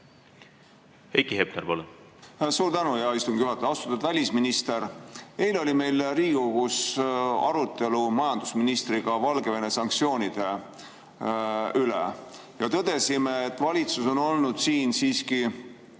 Heiki Hepner, palun! Suur tänu, hea istungi juhataja! Austatud välisminister! Eile oli meil Riigikogus arutelu majandusministriga Valgevene sanktsioonide üle, ja tõdesime, et valitsus on olnud siin siiski